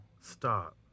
Stop